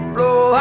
Blow